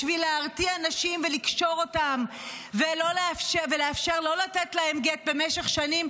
בשביל להרתיע נשים ולקשור אותן ולאפשר לא לתת להן גט במשך שנים,